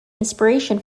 inspiration